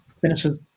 Finishes